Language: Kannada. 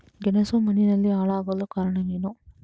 ಗೆಣಸು ಮಣ್ಣಿನಲ್ಲಿ ಹಾಳಾಗಲು ಕಾರಣವೇನು?